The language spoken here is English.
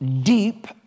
deep